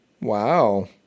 Wow